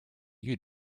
you